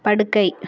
படுக்கை